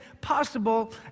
possible